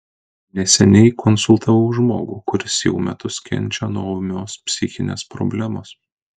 neseniai konsultavau žmogų kuris jau metus kenčia nuo ūmios psichinės problemos